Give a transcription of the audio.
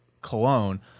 Cologne